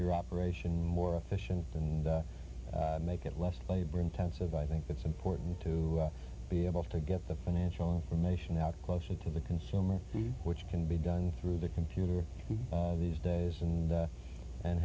your operation more efficient and make it less labor intensive i think it's important to be able to get the financial information out closer to the consumer which can be done through the computer these days and